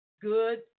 good